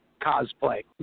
cosplay